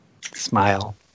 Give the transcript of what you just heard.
Smile